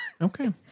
Okay